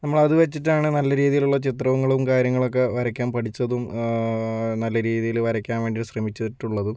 നമ്മളത് വച്ചിട്ടാണ് നല്ല രീതിയിലുള്ള ചിത്രങ്ങളും കാര്യങ്ങളൊക്കെ വരയ്ക്കാൻ പഠിച്ചതും നല്ല രീതിയിൽ വരയ്ക്കാൻ വേണ്ടി ശ്രമിച്ചിട്ടുള്ളതും